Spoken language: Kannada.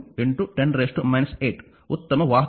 72 10 8 ಉತ್ತಮ ವಾಹಕವಾಗಿದೆ